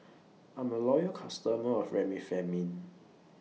I'm A Loyal customer of Remifemin